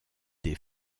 des